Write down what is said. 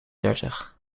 dertig